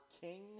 king